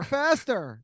faster